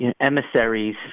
emissaries